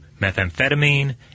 methamphetamine